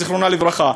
זיכרונה לברכה,